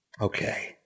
Okay